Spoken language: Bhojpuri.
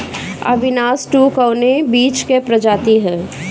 अविनाश टू कवने बीज क प्रजाति ह?